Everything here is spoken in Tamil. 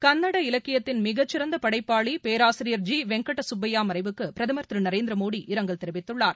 கள்ளட இலக்கியத்தின் மிகச்சிறந்த படைப்பாளி பேராசிரியர் ஜி வெங்கட சுப்பையா மறைவுக்கு பிரதமர் திரு மோடி இரங்கல் தெரிவித்துள்ளார்